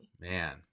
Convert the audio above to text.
Man